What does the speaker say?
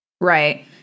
Right